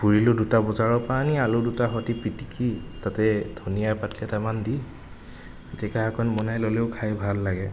পুৰিলোঁ দুটা বজাৰৰ পৰা আনি আলু দুটা সৈতে পিটিকি তাতে ধনীয়া পাত কেইটামান দি পিটিকা অকণমান বনাই ল'লেও খাই ভাল লাগে